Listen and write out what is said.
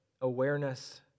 awareness